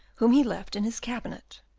whom he left in his cabinet.